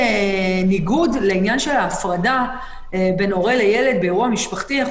בניגוד לעניין של ההפרדה בין הורה לילד באירוע משפחתי אנחנו